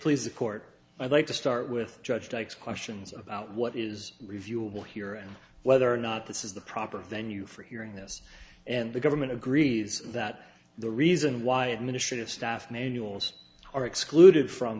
please the court i'd like to start with judge dykes questions about what is reviewable here and whether or not this is the proper venue for hearing this and the government agrees that the reason why administrative staff manuals are excluded from